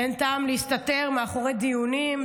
ואין טעם להסתתר מאחורי דיונים,